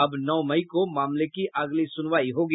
अब नौ मई को मामले की अगली सुनवाई होगी